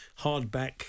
hardback